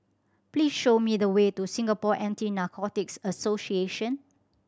please show me the way to Singapore Anti Narcotics Association